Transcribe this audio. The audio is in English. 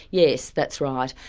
yes, that's right.